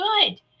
good